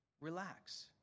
relax